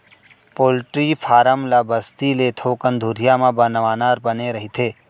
poultry farm ल बस्ती ले थोकन दुरिहा म बनवाना बने रहिथे